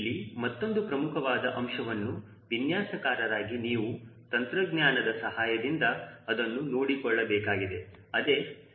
ಇಲ್ಲಿ ಮತ್ತೊಂದು ಪ್ರಮುಖವಾದ ಅಂಶವನ್ನು ವಿನ್ಯಾಸಕಾರರಾಗಿ ನೀವು ತಂತ್ರಜ್ಞಾನದ ಸಹಾಯದಿಂದ ಅದನ್ನು ನೋಡಿಕೊಳ್ಳಬೇಕಾಗಿದೆ ಅದೇ CLmax